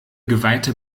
geweihte